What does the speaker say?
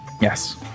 Yes